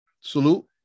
Salute